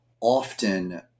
often